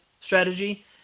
strategy